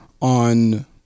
on